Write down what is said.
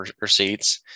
receipts